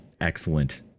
excellent